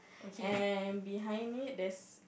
and behind it there's